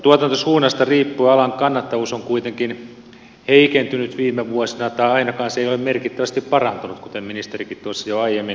tuotantosuunnasta riippuen alan kannattavuus on kuitenkin heikentynyt viime vuosina tai ei ainakaan ole merkittävästi parantunut kuten ministerikin tuossa jo aiemmin totesi